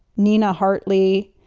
nina hartley.